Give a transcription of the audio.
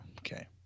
Okay